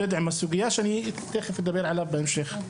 לטפל בסוגיה ואני אדבר עליו בהמשך.